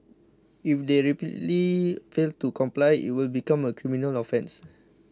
if they repeatedly fail to comply it will become a criminal offence